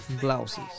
Blouses